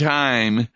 time